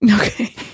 Okay